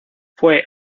fue